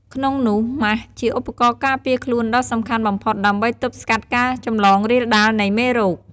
ក្នុងនោះម៉ាស់ ជាឧបករណ៍ការពារខ្លួនដ៏សំខាន់បំផុតដើម្បី ទប់ស្កាត់ការចម្លងរាលដាលនៃមេរោគ។